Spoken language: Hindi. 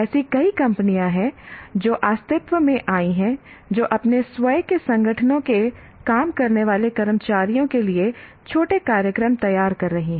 ऐसी कई कंपनियां हैं जो अस्तित्व में आई हैं जो अपने स्वयं के संगठनों के काम करने वाले कर्मचारियों के लिए छोटे कार्यक्रम तैयार कर रही हैं